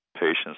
patients